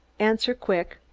answer quick.